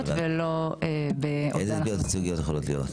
ולא באובדן הכנסות --- איזה תביעות ייצוגיות יכולות להיות?